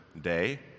day